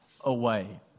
away